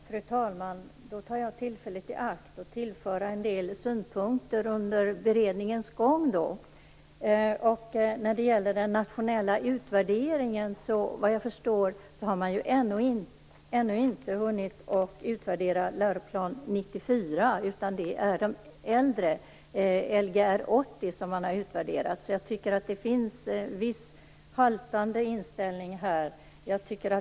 Fru talman! Då tar jag tillfället i akt att tillföra en del synpunkter under beredningens gång. När det gäller den nationella utvärderingen har man vad jag förstår ännu inte hunnit utvärdera Läroplan 94, utan det är den äldre Lgr 80 som man har utvärderat. Jag tycker därför att det finns en litet haltande inställning här.